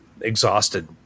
exhausted